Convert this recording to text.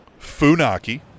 Funaki